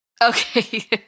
Okay